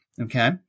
okay